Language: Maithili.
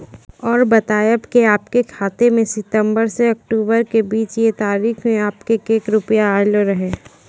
और बतायब के आपके खाते मे सितंबर से अक्टूबर के बीज ये तारीख के आपके के रुपिया येलो रहे?